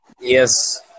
Yes